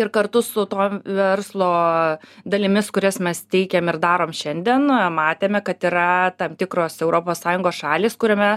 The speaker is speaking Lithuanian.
ir kartu su to verslo dalimis kurias mes teikiam ir darom šiandien matėme kad yra tam tikros europos sąjungos šalys kuriame